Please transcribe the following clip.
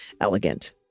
elegant